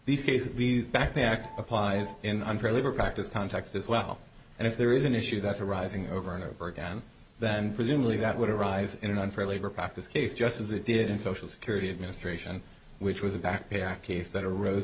these cases these back the act applies in unfair labor practice context as well and if there is an issue that's a rising over and over again then presumably that would arise in an unfair labor practice case just as it did in social security administration which was a backpack case that arose